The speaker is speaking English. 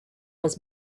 was